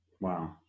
Wow